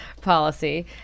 policy